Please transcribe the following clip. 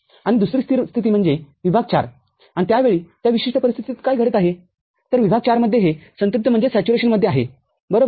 आणि दुसरी स्थिर स्थिती म्हणजे विभाग IVआणि त्या वेळी त्या विशिष्ट परिस्थितीत काय घडत आहेतर विभाग IV मध्ये हे संतृप्ति मध्ये आहे बरोबर